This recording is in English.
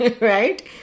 Right